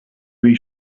way